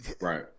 Right